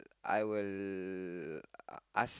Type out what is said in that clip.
I will ask